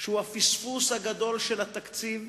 שהוא הפספוס הגדול של התקציב,